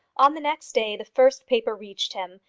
on the next day the first paper reached him,